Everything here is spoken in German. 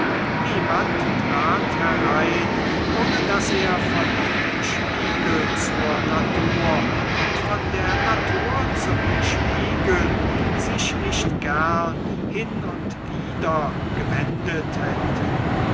niemand trat herein ohne daß er von dem spiegel zur natur und von der natur zum spiegel sich nicht gern hin und wider gewendet hätte